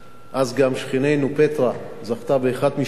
ואז שכנתנו פטרה זכתה באחד משבעת המקומות,